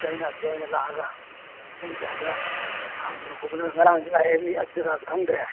ꯑꯗꯨꯗ ꯑꯩꯅ ꯁꯤꯗ ꯑꯣꯏꯅ ꯂꯥꯛꯑꯒ ꯄꯨꯡ ꯀꯌꯥꯗ ꯍꯥꯡꯕꯅꯣ ꯈꯣꯠꯄꯅꯣ ꯉꯔꯥꯡꯁꯨ ꯂꯥꯛꯑꯦ ꯃꯤ ꯑꯗꯨ ꯖꯒꯥꯁꯨ ꯈꯪꯗ꯭ꯔꯦ